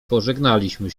pożegnaliśmy